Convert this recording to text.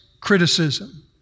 criticism